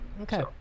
Okay